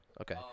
Okay